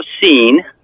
seen